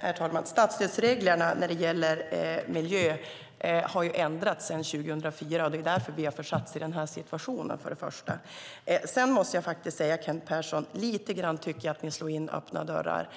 Herr talman! Statsstödsreglerna när det gäller miljö har ändrats sedan 2004, och det är därför vi har försatts i den här situationen. Det är det första. Sedan måste jag faktiskt säga, Kent Persson, att jag lite grann tycker att ni slår in öppna dörrar